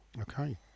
Okay